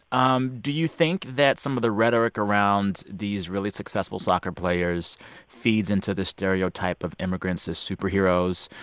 um do you think that some of the rhetoric around these really successful soccer players feeds into the stereotype of immigrants as superheroes,